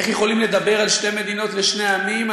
איך יכולים לדבר על שתי מדינות לשנים עמים,